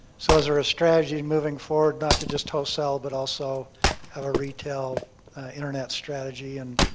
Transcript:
so is there a strategy moving forward not to just tow sell but also have a retail internet strategy and